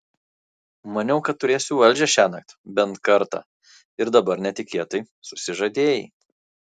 maniau kad turėsiu valdžią šiąnakt bent kartą ir dabar netikėtai susižadėjai